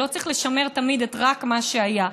לא צריך לשמר תמיד רק את מה שהיה.